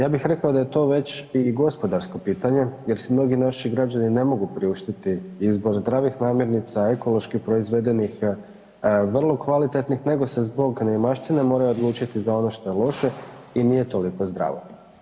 Ja bih rekao da je to već i gospodarsko pitanje jer si mnogi naši građani ne mogu priuštiti izbor zdravih namirnica ekološki proizvedenih, vrlo kvalitetnih, nego se zbog neimaštine moraju odlučiti za ono što je loše i nije toliko zdravo.